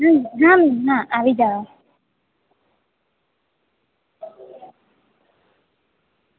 હમ હા હા આવી જાઓ